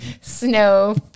snow